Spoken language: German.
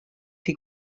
die